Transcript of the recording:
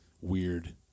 weird